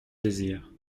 désir